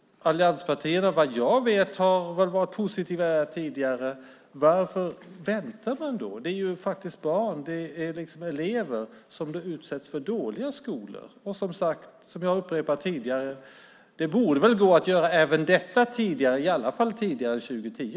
Vad jag vet har allianspartierna varit positiva tidigare. Varför väntar man? Det är fråga om barn, elever, som utsätts för dåliga skolor. Det borde gå att göra detta tidigare än 2010.